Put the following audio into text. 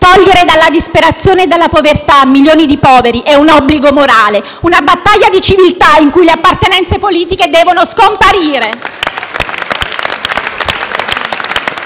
«togliere dalla disperazione e dalla povertà milioni di poveri è un obbligo morale», «una battaglia di civiltà in cui le appartenenze politiche devono scomparire».